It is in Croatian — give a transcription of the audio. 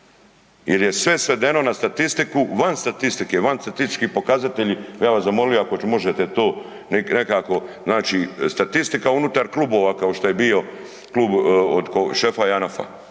Jer je sve svedeno na statistiku van statistike, van statistički pokazatelji, ja bi vas zamolio, ako možete to nekako naći, statistika unutar klubova kao što je bio klub od šefa JANAF-a.